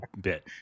bit